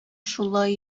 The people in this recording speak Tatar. шулай